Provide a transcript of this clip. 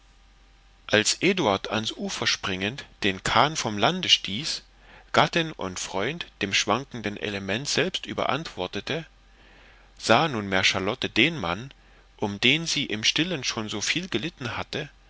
als eduard ans ufer springend den kahn vom lande stieß gattin und freund dem schwankenden element selbst überantwortete sah nunmehr charlotte den mann um den sie im stillen schon soviel gelitten hatte